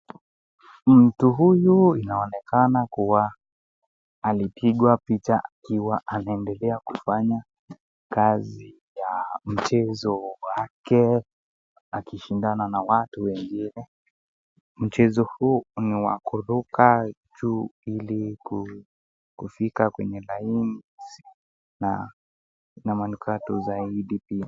Mtu huyu inaonekana kuwa alipigwa picha akiwa anaendelea kufanya kazi ya mchezo wake akishindana na watu wengine. Mchezo huu ni wa kuruka juu ili kufika kwenye laini na manukato zaidi.